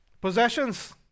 possessions